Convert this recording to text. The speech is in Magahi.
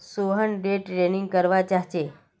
सोहन डे ट्रेडिंग करवा चाह्चे